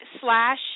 Slash